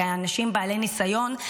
כאנשים בעלי ניסיון,